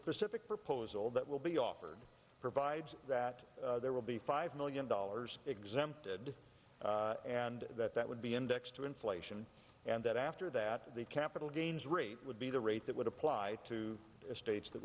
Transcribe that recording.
specific proposal that will be offered provides that there will be five million dollars exempted and that that would be indexed to inflation and that after that the capital gains rate would be the rate that would apply to states that